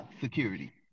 security